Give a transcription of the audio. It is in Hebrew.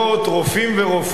רופאים ורופאות,